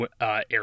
Air